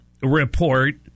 report